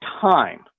time